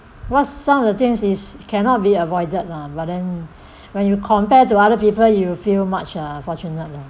what's some of the things is cannot be avoided lah but then when you compare to other people you feel much uh fortunate lah